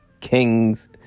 kings